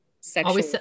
Sexual